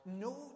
No